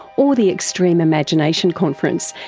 or the extreme imagination conference,